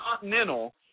Continental